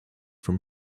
from